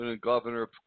Governor